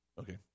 Okay